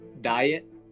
diet